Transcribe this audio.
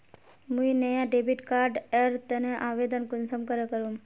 मुई नया debit card एर तने आवेदन कुंसम करे करूम?